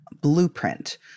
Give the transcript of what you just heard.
blueprint